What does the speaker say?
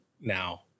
Now